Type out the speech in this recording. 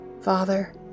father